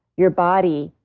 your body,